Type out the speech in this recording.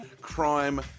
crime